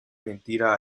mentira